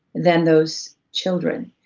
than those children.